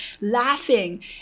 laughing